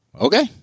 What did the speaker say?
okay